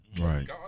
Right